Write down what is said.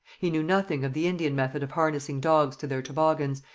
he knew nothing of the indian method of harnessing dogs to their toboggans,